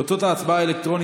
התש"ף 2020,